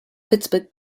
pittsburgh